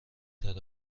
طرف